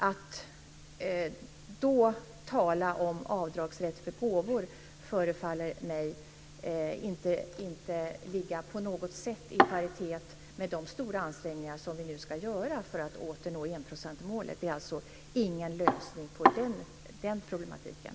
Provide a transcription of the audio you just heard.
Att då tala om avdragsrätt för gåvor förefaller mig inte på något sätt ligga i paritet med de stora ansträngningar vi nu ska göra för att åter nå enprocentsmålet. Det är alltså inte lösningen på den problematiken.